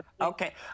Okay